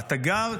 לתגר,